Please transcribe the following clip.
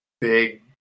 big